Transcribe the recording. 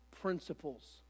principles